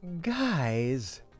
guys